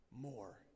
more